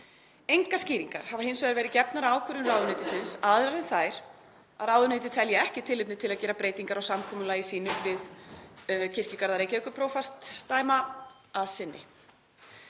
Engar skýringar hafa hins vegar verið gefnar á ákvörðun ráðuneytisins aðrar en þær að ráðuneytið telji ekki tilefni til að gera breytingar á samkomulagi sínu við Kirkjugarða Reykjavíkurprófastsdæma að sinni.